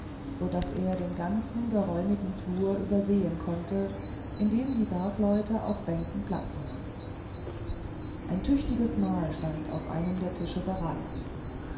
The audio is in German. so daß er den ganzen geräumigen flur übersehen konnte in dem die bergleute auf bänken platz nahmen ein tüchtiges mahl stand auf einem tisch bereitet